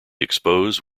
expose